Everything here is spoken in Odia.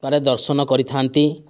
ଙ୍କର ଦର୍ଶନ କରିଥାନ୍ତି